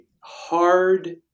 hard